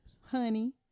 honey